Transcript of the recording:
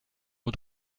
aux